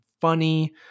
funny